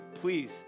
please